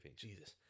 Jesus